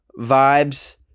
vibes